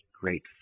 great